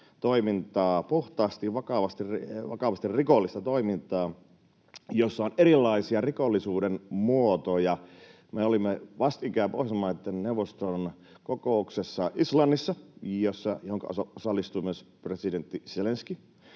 toimintaa — puhtaasti, vakavasti rikollista toimintaa — jossa on erilaisia rikollisuuden muotoja. Me olimme vastikään Islannissa Pohjoismaiden neuvoston kokouksessa, johonka osallistui myös presidentti Zelenskyi.